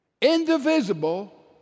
Indivisible